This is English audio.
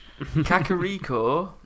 Kakariko